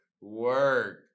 Work